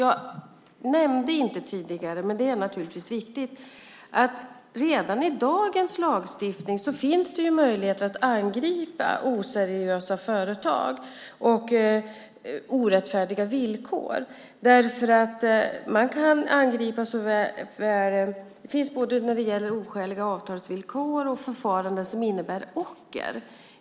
Jag nämnde det inte tidigare men det som naturligtvis är viktigt är att det redan med dagens lagstiftning finns möjligheter att angripa oseriösa företag och orättfärdiga villkor. Den möjligheten finns både när det gäller oskäliga avtalsvillkor och förfaranden som innebär ocker.